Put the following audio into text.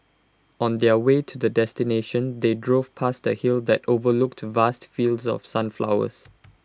on their way to the destination they drove past A hill that overlooked vast fields of sunflowers